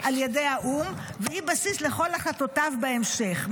על ידי האו"ם והיא בסיס לכל החלטותיו בהמשך.